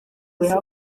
kazi